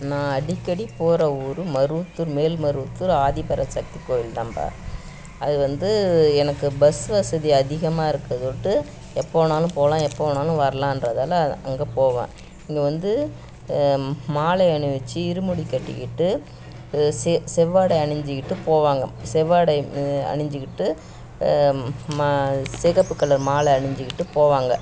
நான் அடிக்கடிப் போகிற ஊர் மருவத்தூர் மேல்மருவத்தூர் ஆதிபராசக்தி கோயில்தாம்பா அது வந்து எனக்கு பஸ் வசதி அதிகமாக இருக்கிற தொட்டு எப்போ வேணாலும் போகலாம் எப்போ வேணாலும் வரலான்றதால் அங்கேப் போவேன் அங்கே வந்து மாலை அணிவித்து இருமுடி கட்டிக்கிட்டு செ செவ்வாடை அணிஞ்சுக்கிட்டு போவாங்க செவ்வாடை அணிஞ்சுக்கிட்டு ம சிகப்பு கலர் மாலை அணிஞ்சுக்கிட்டு போவாங்க